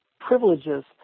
privileges